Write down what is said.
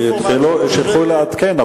שילכו לעדכן,